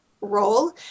role